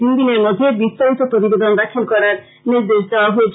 তিনদিনের মধ্যে বিস্তারিত প্রতিবেদন দাখিল করার নির্দেশ দেওয়া হয়েছে